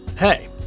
Hey